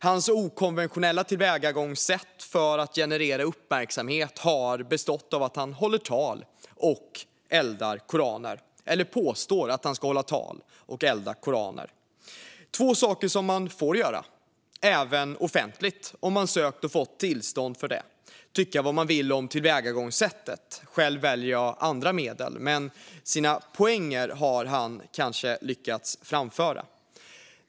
Hans okonventionella tillvägagångssätt för att generera uppmärksamhet har bestått av att han håller tal och eldar koraner - eller påstår att han ska hålla tal och elda koraner. Detta är två saker som man får göra, även offentligt, om man sökt och fått tillstånd för det. Tycka vad man vill om tillvägagångssättet, själv väljer jag andra medel, men sina poänger har han kanske lyckats framföra.